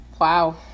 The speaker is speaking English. Wow